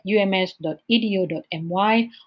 ums.edu.my